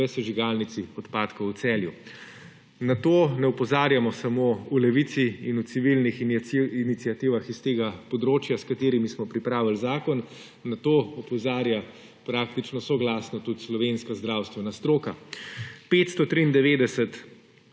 v sežigalnici odpadkov v Celju. Na to ne opozarjamo samo v Levici in v civilnih iniciativah s tega področja, s katerimi smo pripravili zakon, na to opozarja praktično soglasno tudi slovenska zdravstvena stroka. 593